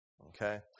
Okay